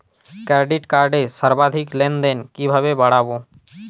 Credit কার্ডের সর্বাধিক লেনদেন কিভাবে বাড়াবো?